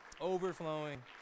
overflowing